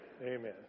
Amen